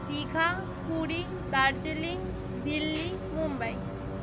Digha Puri Darjeeling Delhi Mumbai